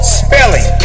spelling